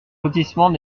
lotissement